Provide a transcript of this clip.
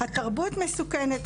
התרבות מסוכנת.